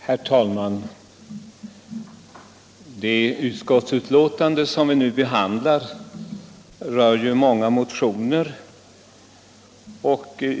Herr talman! Det utskottsbetänkande vi nu behandlar rör många motioner.